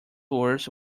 words